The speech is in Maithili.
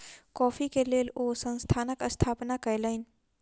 कॉफ़ी के लेल ओ संस्थानक स्थापना कयलैन